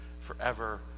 forever